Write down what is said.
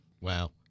Wow